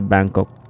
Bangkok